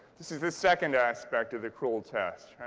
this is the second aspect of the cruel test.